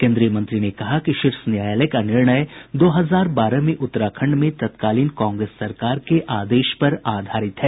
केन्द्रीय मंत्री ने कहा कि शीर्ष न्यायालय का निर्णय दो हजार बारह में उत्तराखंड में तत्कालीन कांग्रेस सरकार के आदेश पर आधारित है